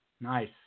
Nice